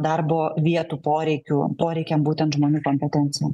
darbo vietų poreikių poreikiam būtent žmonių kompetencijų